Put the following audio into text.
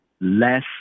Less